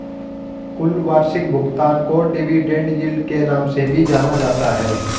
कुल वार्षिक भुगतान को डिविडेन्ड यील्ड के नाम से भी जाना जाता है